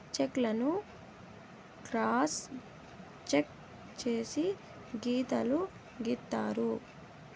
check లను cross cheque చేసి గీతలు గీత్తారు